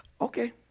Okay